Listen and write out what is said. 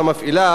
המפעילה